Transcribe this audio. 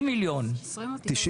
20 מיליון ₪.